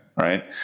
Right